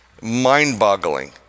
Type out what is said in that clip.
mind-boggling